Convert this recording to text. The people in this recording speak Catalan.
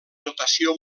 notació